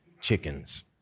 chickens